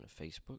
Facebook